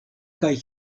kaj